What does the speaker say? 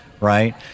right